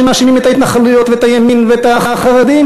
שמאשימים את ההתנחלויות ואת הימין ואת החרדים?